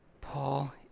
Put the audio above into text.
Paul